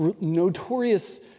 notorious